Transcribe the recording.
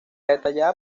detallada